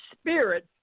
spirit